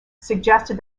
suggested